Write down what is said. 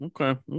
okay